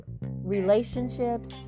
relationships